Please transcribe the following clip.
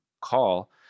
call